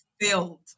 filled